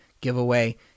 giveaway